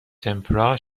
تِمپِرا